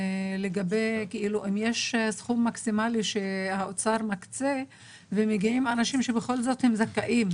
אם יש סכום מקסימלי שהאוצר מקצה ומגיעים אנשים שבכל זאת הם זכאים